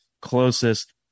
closest